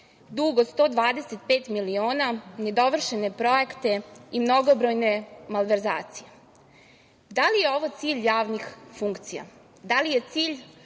dug od 125 miliona, nedovršene projekte i mnogobrojne malverzacije. Da li je ovo cilj javnih funkcija? Da li je cilj